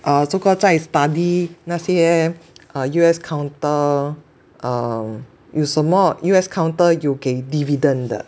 uh 这个在 study 那些 uh U_S counter um 有什么 U_S counter 有给 dividend 的